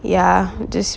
ya just